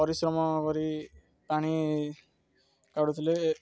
ପରିଶ୍ରମ କରି ପାଣି କାଢ଼ୁଥିଲେ